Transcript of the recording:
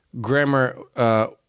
grammar